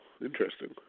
Interesting